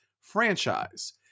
Franchise